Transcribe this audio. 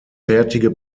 fertige